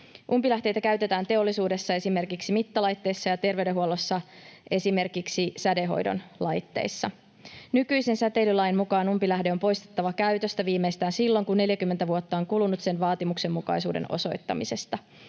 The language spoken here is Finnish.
Umpilähteitä käytetään teollisuudessa esimerkiksi mittalaitteissa ja terveydenhuollossa esimerkiksi sädehoidon laitteissa. Nykyisen säteilylain mukaan umpilähde on poistettava käytöstä viimeistään silloin, kun 40 vuotta on kulunut sen vaatimuksenmukaisuuden osoittamisesta.